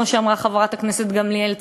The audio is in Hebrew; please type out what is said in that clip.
כמו שאמרה חברת הכנסת גמליאל,